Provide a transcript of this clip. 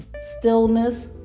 stillness